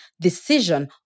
decision